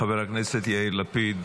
חבר הכנסת יאיר לפיד,